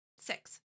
Six